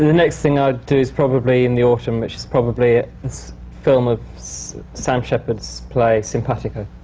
next thing i'll do is probably in the autumn, which is probably this film of sam shepard's play, simpatico.